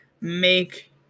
make